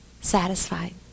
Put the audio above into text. satisfied